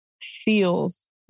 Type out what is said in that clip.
feels